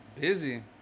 Busy